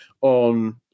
on